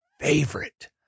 favorite